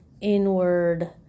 inward